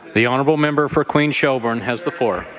the honourable member for queens-shelburne has the floor.